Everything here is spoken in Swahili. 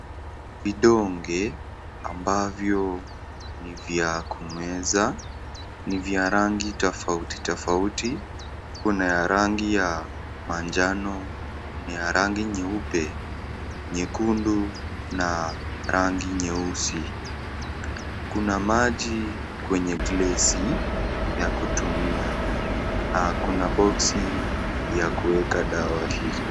Vidonge ambavyo ni vya kumeza, ni vya rangi tofautitofauti, kuna rangi ya manjano, kuna rangi nyeupe, nyekundu, na rangi nyeusi, kuna maji kwenye glasi ya kutumia, kuna boxi ya kuweka dawa hizo.